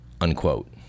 unquote